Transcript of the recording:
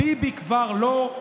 "ביבי כבר לא",